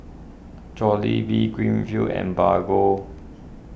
Jollibean Greenfields and Bargo